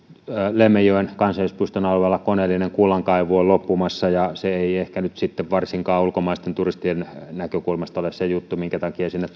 lemmenjoen kansallispuiston alueella koneellinen kullankaivuu on loppumassa ja se ei ehkä nyt sitten varsinkaan ulkomaisten turistien näkökulmasta ole se juttu minkä takia sinne